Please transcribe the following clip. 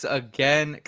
again